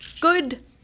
Good